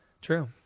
True